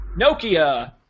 Nokia